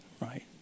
right